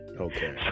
Okay